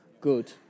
good